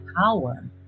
power